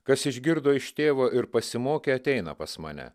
kas išgirdo iš tėvo ir pasimokė ateina pas mane